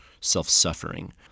self-suffering